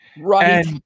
right